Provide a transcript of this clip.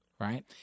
Right